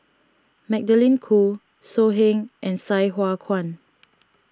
Magdalene Khoo So Heng and Sai Hua Kuan